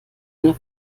eine